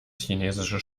chinesisches